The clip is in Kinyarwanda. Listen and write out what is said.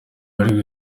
bari